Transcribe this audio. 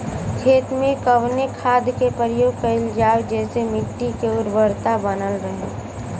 खेत में कवने खाद्य के प्रयोग कइल जाव जेसे मिट्टी के उर्वरता बनल रहे?